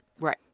Right